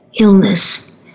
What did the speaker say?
illness